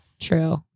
True